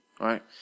right